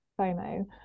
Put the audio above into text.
FOMO